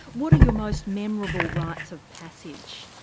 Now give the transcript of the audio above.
what are your most memorable rights of passage.